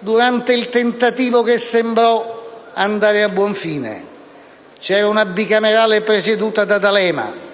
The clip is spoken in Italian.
durante il tentativo che sembrò andare a buon fine (c'era una Bicamerale presieduta da D'Alema)